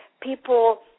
People